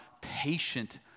patient